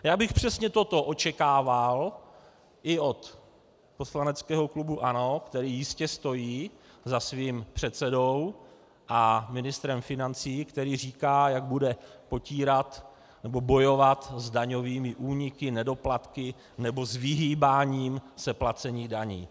Já bych přesně toto očekával i od poslaneckého klubu ANO, který jistě stojí za svým předsedou a ministrem financí, který říká, jak bude potírat, nebo bojovat s daňovými úniky, nedoplatky nebo s vyhýbáním se placení daní.